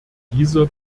dieser